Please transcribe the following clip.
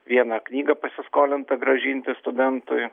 vieną knygą pasiskolintą grąžinti studentui